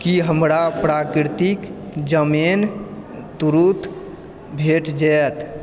की हमरा प्राकृतिक जमैन तुरन्त भेट जेतै